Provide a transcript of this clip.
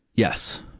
yes.